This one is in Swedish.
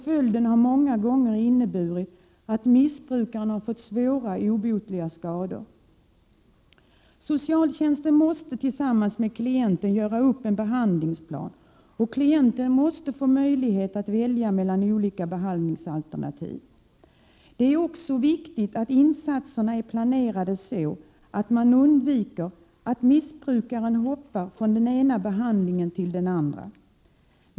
Följden har många gånger blivit att missbrukaren fått svåra obotliga skador. Socialtjänsten måste tillsammans med klienten göra upp en behandlingsplan, och klienten måste få möjlighet att välja mellan olika behandlingsalternativ. Det är också viktigt att insatserna är planerade så, att man undviker att missbrukaren hoppar från den ena behandlingen till den andra.